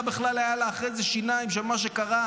בכלל היה לה אחרי זה שיניים של מה שקרה?